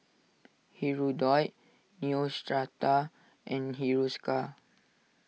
Hirudoid Neostrata and Hiruscar